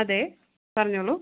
അതേ പറഞ്ഞോളു